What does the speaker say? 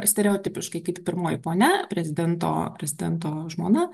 stereotipiškai kaip pirmoji ponia prezidento prezidento žmona